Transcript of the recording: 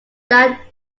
that